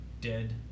dead